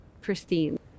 pristine